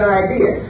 idea